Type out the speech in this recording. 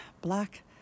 black